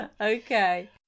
Okay